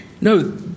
No